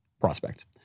prospects